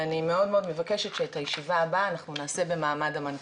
ואני מאוד מאוד מבקשת שאת הישיבה הבאה אנחנו נעשה במעמד המנכ"לית.